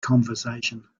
conversation